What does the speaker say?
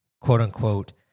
quote-unquote